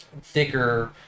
thicker